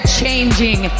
changing